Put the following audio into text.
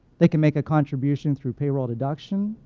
they can make a contribution through payroll deduction,